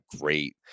great